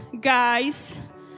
guys